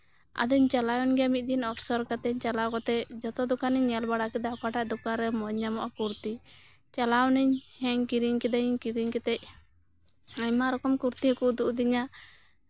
ᱟᱫᱩᱧ ᱪᱟᱞᱟᱣᱮᱱ ᱜᱮᱭᱟ ᱢᱤᱫ ᱫᱤᱱ ᱚᱯᱥᱚᱨ ᱠᱟᱛᱮᱫ ᱪᱟᱞᱟᱣ ᱠᱟᱛᱮᱫ ᱡᱚᱛᱚ ᱫᱚᱠᱟᱱ ᱤᱧ ᱧᱮᱞ ᱵᱟᱲᱟ ᱠᱮᱫᱟ ᱚᱠᱟ ᱫᱚᱠᱟᱱᱨᱮ ᱢᱚᱸᱡᱽ ᱧᱚᱜ ᱧᱟᱢᱚᱜᱼᱟ ᱠᱩᱨᱛᱤ ᱪᱟᱞᱟᱣᱱᱟᱹᱧ ᱦᱮᱸ ᱠᱤᱨᱤᱧ ᱠᱤᱫᱟᱹᱧ ᱠᱤᱨᱤᱧ ᱠᱟᱛᱮᱫ ᱟᱭᱢᱟ ᱨᱚᱠᱚᱢ ᱠᱩᱨᱛᱤ ᱠᱚ ᱩᱫᱩᱜ ᱟᱹᱫᱤᱧᱟ